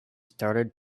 started